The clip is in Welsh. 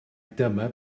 dyma